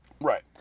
right